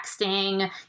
texting